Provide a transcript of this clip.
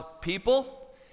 people